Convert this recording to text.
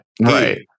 Right